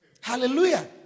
Hallelujah